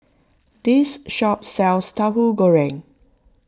this shop sells Tahu Goreng